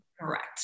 Correct